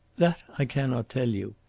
that i cannot tell you.